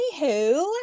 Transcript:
Anywho